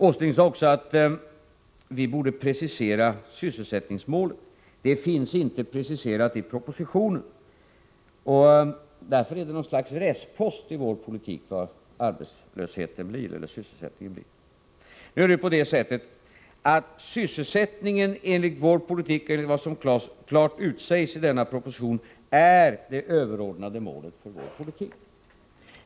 Åsling sade också att vi borde precisera sysselsättningsmålet, för det var inte preciserat i propositionen. Därför är sysselsättningen något slags restpost i vår politik. Sysselsättningen är enligt vår politik och enligt vad som klart utsägs i propositionen det överordnade målet för vår politik.